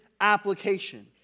application